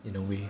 in a way